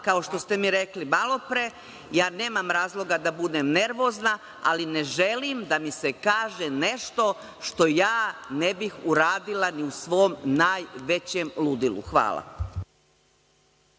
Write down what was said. kao što ste mi rekli malo pre. Nemam razloga da budem nervozna, ali ne želim da mi se kaže nešto što ja ne bih uradila ni u svom najvećem ludilo. Hvala.